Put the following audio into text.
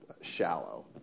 shallow